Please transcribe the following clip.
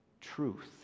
truth